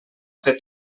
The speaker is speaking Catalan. fer